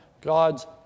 God's